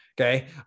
Okay